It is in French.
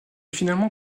finalement